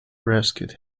rescued